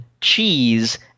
cheese